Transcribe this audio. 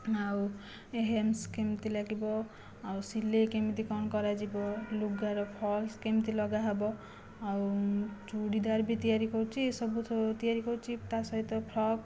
ଆଉ ହେମସ୍ କେମିତି ଲାଗିବ ଆଉ ସିଲାଇ କେମିତି କ'ଣ କରାଯିବ ଲୁଗାର ଫଲସ୍ କେମିତି ଲଗାହେବ ଆଉ ଚୁଡ଼ିଦାର ବି ତିଆରି କରୁଛି ଏସବୁ ତିଆରି କରୁଛି ତା' ସହିତ ଫ୍ରକ